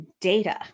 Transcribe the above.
data